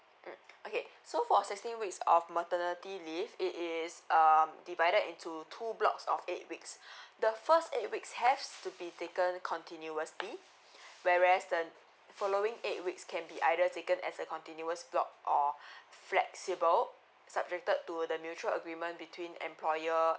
mm okay so for sixteen weeks of maternity leave it is um divided into two blocks of eight weeks the first eight weeks has to be taken continuously whereas the following eight weeks can be either taken as a continuous block or flexible subjected to the mutual agreement between employer